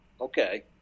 Okay